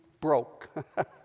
broke